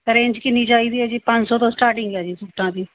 range ਕਿੰਨੀ ਚਾਹੀਦੀ ਹੈ ਜੀ ਪੰਜ ਸੌ ਤੋਂ ਸਟਾਰਟਿੰਗ ਹੈ ਜੀ ਸੂਟਾਂ ਦੀ